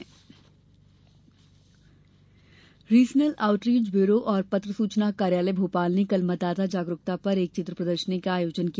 चित्र प्रदर्शनी regional outreach bureau और पत्र सूचना कार्यालय भोपाल ने कल मतदाता जागरुकता पर एक चित्र प्रदर्शनी का आयोजन किया